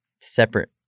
separate